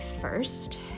first